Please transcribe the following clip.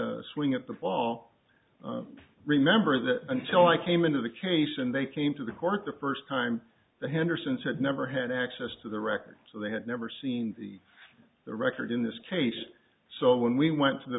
a swing at the ball remember that until i came into the case and they came to the court the first time the hendersons had never had access to their records so they had never seen the the record in this case so when we went to the